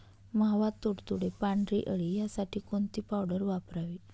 मावा, तुडतुडे, पांढरी अळी यासाठी कोणती पावडर वापरावी?